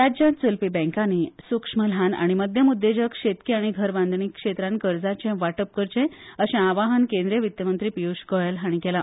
राज्यात चलपी बँकानी सुक्ष्म ल्हान आनी मध्यम उद्जक शेतकी आनी घर बांदणी क्षेत्रान कर्जाचे वाटप करचे अशे आवाहन केंद्रिय वित्तमंत्री पियुश गोयल हाणी केला